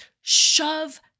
shove